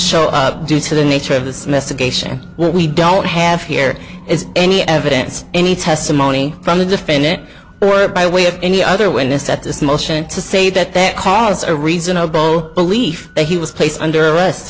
show up due to the nature of this mess a geisha we don't have here is any evidence any testimony from the defendant or by way of any other witness at this motion to say that that cause a reasonable belief that he was placed under arrest